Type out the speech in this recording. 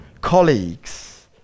colleagues